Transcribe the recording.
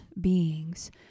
beings